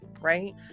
right